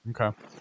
Okay